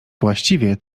właściwie